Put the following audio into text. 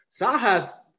Saha's